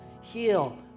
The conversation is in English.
heal